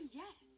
yes